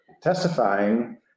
testifying